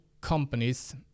companies